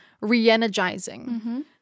re-energizing